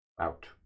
out